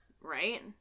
Right